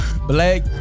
black